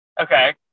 Okay